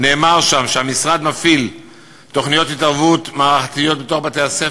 נאמר שם שהמשרד מפעיל תוכניות התערבות מערכתיות בתוך בתי-הספר.